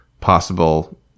possible